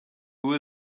who